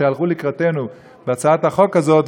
שהלכו לקראתנו בהצעת החוק הזאת,